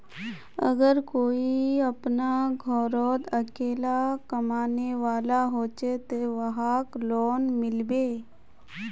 अगर कोई अपना घोरोत अकेला कमाने वाला होचे ते वहाक लोन मिलबे?